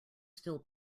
still